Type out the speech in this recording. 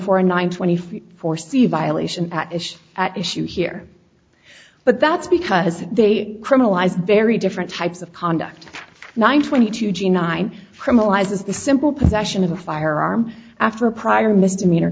four nine twenty four for c violation at issue here but that's because they criminalized very different types of conduct nine twenty two g nine criminalizes the simple possession of a firearm after a prior misdemeanor